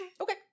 Okay